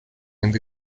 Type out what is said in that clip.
and